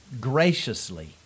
graciously